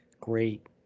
great